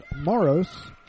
Moros